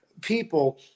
people